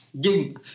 game